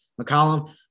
McCollum